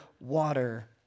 water